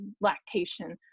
lactation